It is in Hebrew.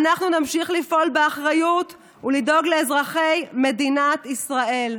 ואנחנו נמשיך לפעול באחריות ולדאוג לאזרחי מדינת ישראל.